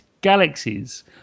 galaxies